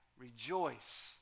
Rejoice